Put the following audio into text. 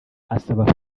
asaba